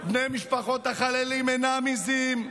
בני משפחות החללים אינם עיזים,